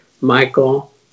Michael